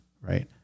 right